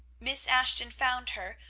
miss ashton found her,